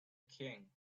king